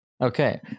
okay